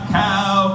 cow